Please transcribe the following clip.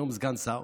היום סגן שר,